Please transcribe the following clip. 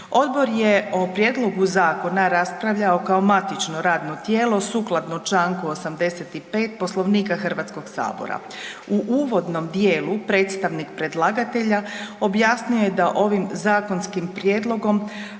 Odbor je o prijedlogu zakona raspravljao kao matično radno tijelo sukladno Članku 85. Poslovnika Hrvatskog sabora. U uvodnom dijelu predstavnik predlagatelja objasnio je da ovim zakonskim prijedlogom